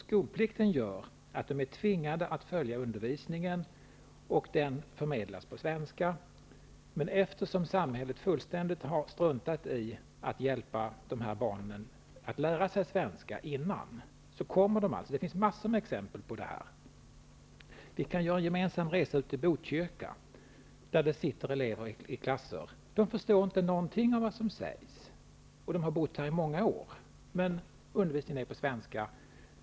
Skolplikten gör att de är tvingade att följa undervisningen, och den förmedlas på svenska. Samhället har struntat fullständigt i att hjälpa dessa barn att lära sig svenska innan. Det finns många exempel på det. Vi kan göra en gemensam resa till Botkyrka. Där sitter elever i sina klasser och förstår inte någonting av vad som sägs, och de har bott här i många år. Undervisningen är på svenska.